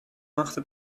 machte